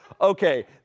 okay